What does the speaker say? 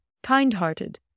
kind-hearted